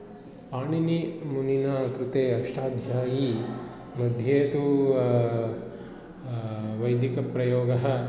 पाणिनिमुनिना कृते अष्टाध्यायीमध्ये तु वैदिकप्रयोगः